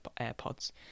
AirPods